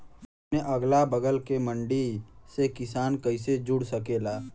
अपने अगला बगल के मंडी से किसान कइसे जुड़ सकेला?